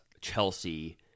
Chelsea